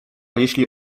jeśli